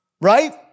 Right